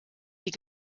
die